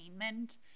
entertainment